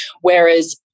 whereas